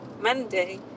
Monday